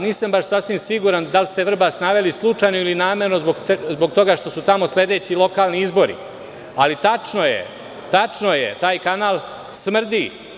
Nisam baš sasvim siguran da li ste Vrbas naveli slučajno ili namerno zbog toga što su tamo sledeći lokalni izbori, ali, tačno je, taj kanal smrdi.